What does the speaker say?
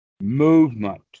Movement